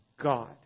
God